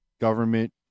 government